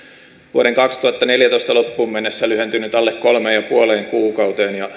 vuoden kaksituhattaneljätoista loppuun mennessä lyhentynyt alle kolmeen ja puoleen kuukauteen